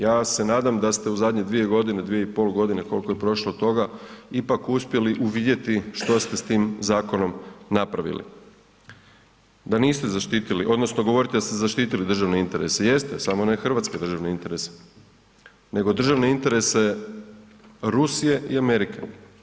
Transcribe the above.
Ja se nadam da ste u zadnje 2.g., 2,5.g. koliko je prošlo od toga ipak uspjeli uvidjeti što ste s tim zakonom napravili, da niste zaštitili odnosno govorite da ste zaštitili državne interese, jeste, samo ne hrvatske državne interese, nego državne interese Rusije i Amerike.